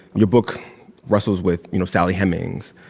your book wrestles with, you know, sally hemings.